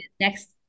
next